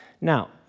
Now